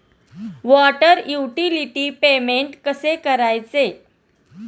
Water utility payment कसे करायचे?